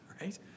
right